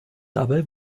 dabei